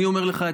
אני אומר לך,